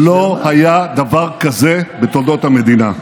לא היה דבר כזה בתולדות המדינה.